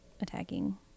attacking